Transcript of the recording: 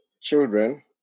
children